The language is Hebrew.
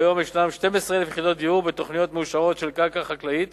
כיום יש 12,000 יחידות דיור בתוכניות מאושרות של קרקע חקלאית